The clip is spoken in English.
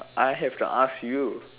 I have to ask you